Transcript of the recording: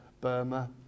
Burma